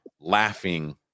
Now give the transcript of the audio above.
laughing